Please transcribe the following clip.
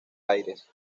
aires